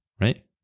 right